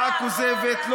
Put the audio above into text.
המשטרה, רק רגע.